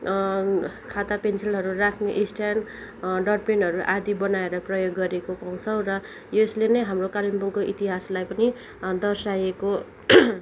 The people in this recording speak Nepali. खाता पेन्सिलहरू राख्ने स्ट्यान्ड डटपेनहरू आदि बनाएर प्रयोग गरेको पाउँछौँ र यसले नै हाम्रो कालिम्पोङको इतिहासलाई पनि दर्साएको